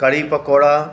kadhi pakora